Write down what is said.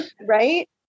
Right